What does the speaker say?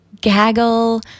gaggle